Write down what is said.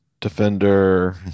defender